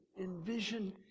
envision